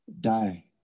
die